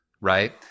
right